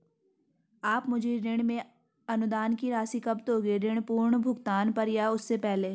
आप मुझे ऋण में अनुदान की राशि कब दोगे ऋण पूर्ण भुगतान पर या उससे पहले?